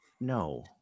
no